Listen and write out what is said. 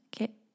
Okay